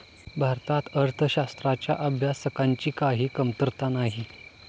भारतात अर्थशास्त्राच्या अभ्यासकांची काही कमतरता नाही